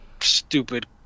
stupid